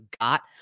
got